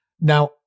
Now